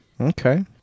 Okay